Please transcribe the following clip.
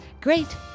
Great